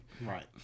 Right